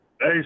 Hey